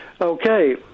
Okay